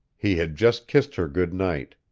he had just kissed her good night.